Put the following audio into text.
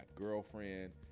girlfriend